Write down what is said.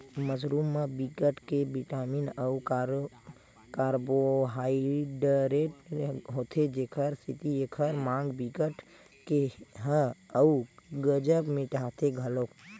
mushroom म बिकट के बिटामिन अउ कारबोहाइडरेट होथे जेखर सेती एखर माग बिकट के ह अउ गजब मिटाथे घलोक